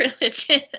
religion